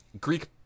Greek